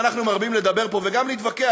אנחנו מרבים לדבר פה וגם להתווכח,